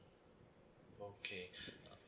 okay